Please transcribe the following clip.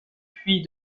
puis